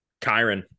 Kyron